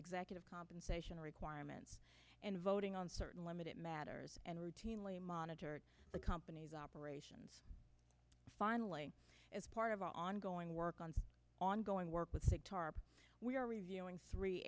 executive compensation requirements in voting on certain limited matters and routinely monitor the company's operations finally as part of our ongoing work on ongoing work with sig tarp we are reviewing three